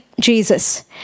Jesus